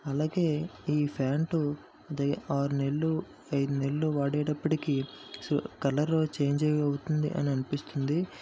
అలాగే ఈ ప్యాంట్ దే ఆరు నెలలు ఐదు నెలలు వాడేటప్పటికీ కలరు చేంజ్ అవుతుంది అని అనిపిస్తుంది